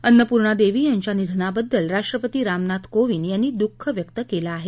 अन्नपूर्णादेवी यांच्या निधनाबद्दल राष्ट्रपती रामनाथ कोविंद यांनी दुःख व्यक्त केलं आहे